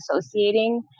associating